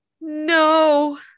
No